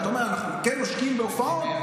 ואתה אומר: אנחנו כן משקיעים בהופעות,